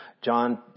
John